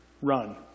run